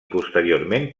posteriorment